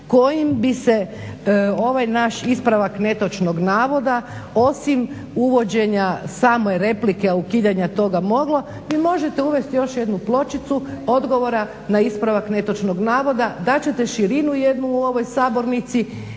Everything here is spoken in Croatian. kojim bi se ovaj naš ispravak netočnog navoda osim uvođenja same replike ukidanje toga moglo, vi možete uvesti još jednu pločicu odgovora na ispravak netočnog navoda. Dat ćete širinu jednu u ovoj sabornici,